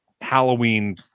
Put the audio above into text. halloween